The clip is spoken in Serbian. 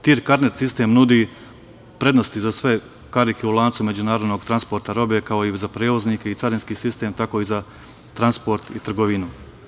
Taj TIM karnet sistem nudi prednosti za sve karike u lancu međunarodnog transporta robe, kako i za prevoznike i carinski sistem tako i za transport i trgovinu.